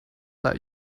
that